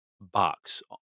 box